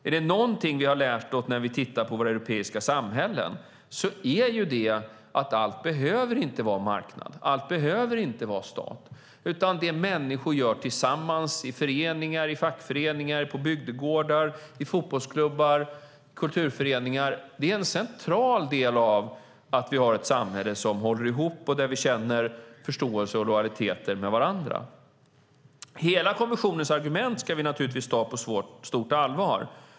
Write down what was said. Är det något som vi har lärt oss när vi tittar på våra europeiska samhällen är det att allt inte behöver vara marknad, att allt inte behöver vara stat. Det människor gör tillsammans i föreningar, fackföreningar, bygdegårdar, fotbollsklubbar och kulturföreningar är en central del av att vi har ett samhälle som håller ihop och där vi känner förståelse och lojalitet med varandra. Hela kommissionens argument ska vi naturligtvis ta på stort allvar.